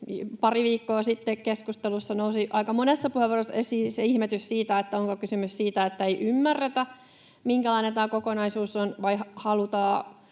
pari viikkoa sitten keskustelussa nousi aika monessa puheenvuorossa esiin ihmetys siitä, onko kysymys siitä, että ei ymmärretä, minkälainen tämä kokonaisuus on, vai halutaanko